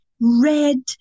red